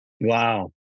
Wow